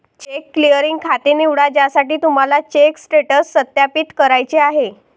check clearing खाते निवडा ज्यासाठी तुम्हाला चेक स्टेटस सत्यापित करायचे आहे